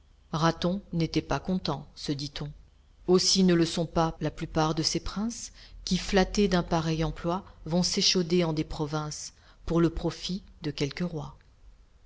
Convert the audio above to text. raton n'était pas content ce dit-on aussi ne le sont pas la plupart de ces princes qui flattés d'un pareil emploi vont s'échauder en des provinces pour le profit de quelque roi